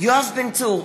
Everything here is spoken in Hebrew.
יואב בן צור,